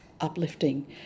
uplifting